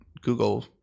Google